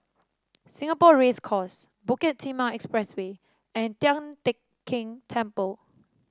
Singapore Race Course Bukit Timah Expressway and Tian Teck Keng Temple